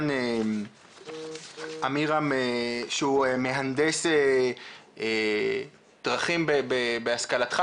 עמירם שהוא מהנדס דרכים בהשכלתו.